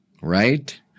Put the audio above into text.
right